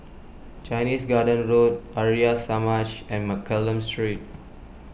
Chinese Garden Road Arya Samaj and Mccallum Street